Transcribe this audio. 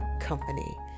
company